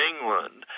England